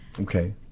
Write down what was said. okay